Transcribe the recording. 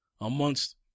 amongst